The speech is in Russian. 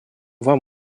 вам